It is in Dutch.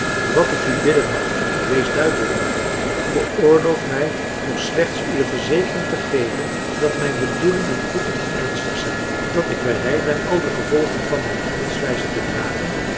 wat ik u bidden mag wees duidelijker veroorloof mij nog slechts u de verzekering te geven dat mijn bedoelingen goed en ernstig zijn dat ik bereid ben al de gevolgen van mijn handelwijze te dragen